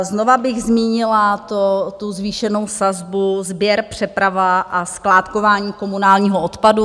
Znovu bych zmínila tu zvýšenou sazbu sběr, přeprava a skládkování komunálního odpadu.